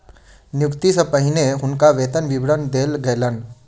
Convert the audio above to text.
नियुक्ति सॅ पहिने हुनका वेतन विवरण देल गेलैन